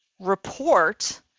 report